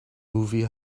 movie